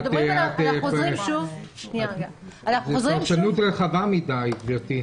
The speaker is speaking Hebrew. זו פרשנות רחבה מדי, גברתי.